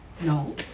No